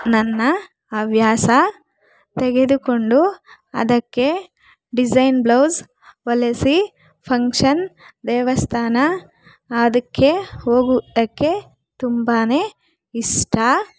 ನನ್ನ ಹವ್ಯಾಸ ತೆಗೆದುಕೊಂಡು ಅದಕ್ಕೆ ಡಿಸೈನ್ ಬ್ಲೌಸ್ ಹೊಲಿಸಿ ಫಂಕ್ಷನ್ ದೇವಸ್ಥಾನ ಅದಕ್ಕೆ ಹೋಗುವುದಕ್ಕೆ ತುಂಬನೇ ಇಷ್ಟ